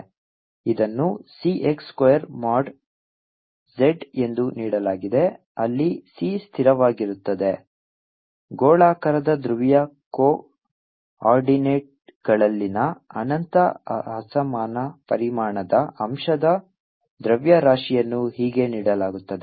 ಇದನ್ನು C x square mod z ಎಂದು ನೀಡಲಾಗಿದೆ ಅಲ್ಲಿ C ಸ್ಥಿರವಾಗಿರುತ್ತದೆ ಗೋಳಾಕಾರದ ಧ್ರುವೀಯ ಕೋ ಆರ್ಡಿನೇಟ್ಗಳಲ್ಲಿನ ಅನಂತ ಅಸಮಾನ ಪರಿಮಾಣದ ಅಂಶದ ದ್ರವ್ಯರಾಶಿಯನ್ನು ಹೀಗೆ ನೀಡಲಾಗುತ್ತದೆ